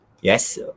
yes